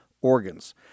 organs